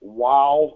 wow